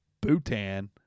Bhutan